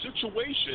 situation